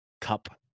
cup